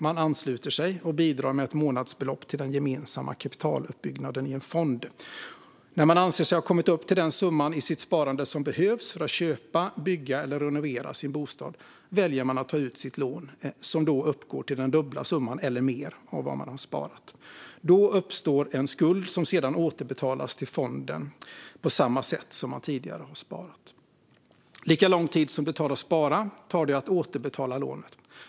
Man ansluter sig och bidrar med ett månadsbelopp till den gemensamma kapitaluppbyggnaden i en fond. När man anser sig ha kommit upp till den summa i sitt sparande som behövs för att köpa, bygga eller renovera en bostad väljer man att ta ut sitt lån, som då uppgår till den dubbla summan eller mer av det som man har sparat. Då uppstår en skuld som sedan återbetalas till fonden på samma sätt som man tidigare har sparat. Lika lång tid som det tar att spara tar det att återbetala lånet.